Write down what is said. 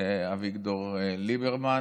אביגדור ליברמן.